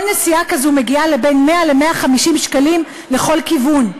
כל נסיעה כזאת מגיעה לבין 100 ל-150 שקלים לכל כיוון.